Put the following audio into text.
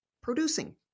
producing